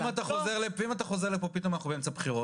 ואם אתה חוזר לכאן בדיוק כשנגמרת